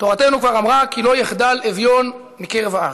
תורתנו כבר אמרה: "כי לא יחדל אביון מקרב הארץ".